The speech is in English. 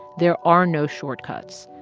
there are no shortcuts,